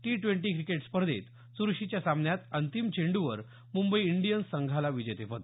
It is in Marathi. टी ड्वेंटी क्रिकेट स्पर्धेत चुरशीच्या सामन्यात अंतिम चेंड्रवर म्बई इन्डीयन्स संघांला विजेतेपद